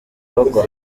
bagwa